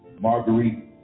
Marguerite